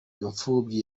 imfubyi